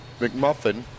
McMuffin